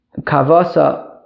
Kavasa